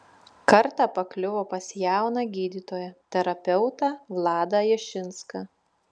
kartą pakliuvo pas jauną gydytoją terapeutą vladą jašinską